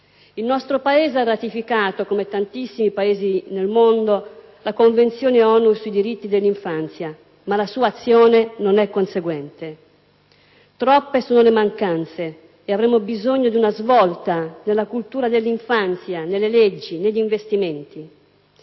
Il nostro Paese, come tantissimi altri nel mondo, ha ratificato la Convenzione ONU sui diritti dell'infanzia, ma la sua azione non è conseguente: troppe sono le mancanze ed avremmo bisogno di una svolta nella cultura dell'infanzia, nelle leggi, negli investimenti.